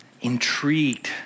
intrigued